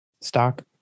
stock